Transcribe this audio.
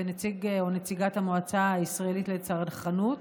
ונציג או נציגה למועצה הישראלית לצרכנות,